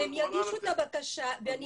את אמרת שאת מוכנה --- הם יגישו את הבקשה ואני